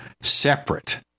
separate